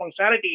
functionality